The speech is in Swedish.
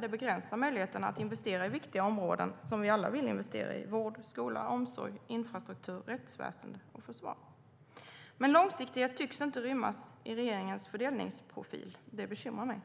Det begränsar möjligheten att investera i viktiga områden som vi alla vill investera i: vård, skola, omsorg, infrastruktur, rättsväsen och försvar. Men långsiktighet tycks inte rymmas i regeringens fördelningsprofil. Det bekymrar mig.